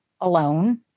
alone